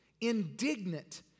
indignant